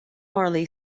marley